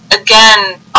again